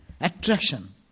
Attraction